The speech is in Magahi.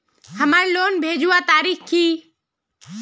हमार लोन भेजुआ तारीख की?